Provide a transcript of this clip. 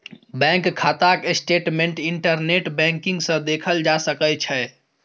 bank खाताक statement internet banking सँ देखल जा सकै छै